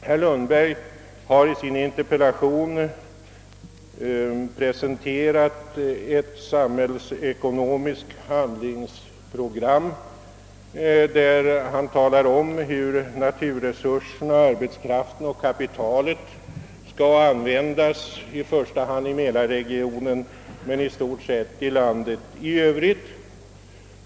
Herr Lundberg har i sin interpellation presenterat ett samhällsekonomiskt handlingsprogram. Han talar om hur naturresurserna, arbetskraften och ka pitalet skall användas — i första hand i mälarregionen men i stort sett i landet för övrigt.